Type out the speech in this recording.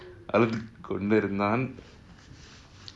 அழுதுகொண்டிருந்தான்:aluthukondirunthan